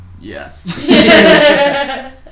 yes